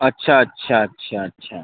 अच्छा अच्छा अच्छा अच्छा